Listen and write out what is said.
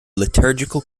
liturgical